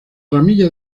ramillas